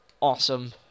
awesome